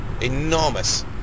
Enormous